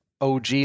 OG